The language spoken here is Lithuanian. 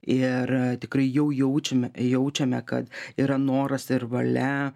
ir tikrai jau jaučiame jaučiame kad yra noras ir valia